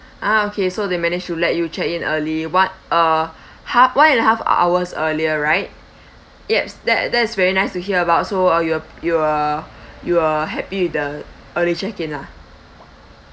ah okay so they managed to let you check in early what uh ha~ one and a half hours earlier right yes that that's very nice to hear about so uh you were you were you were happy with the early check in lah